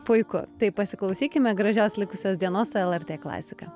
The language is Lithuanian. puiku tai pasiklausykime gražios likusios dienos su lrt klasika